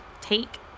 take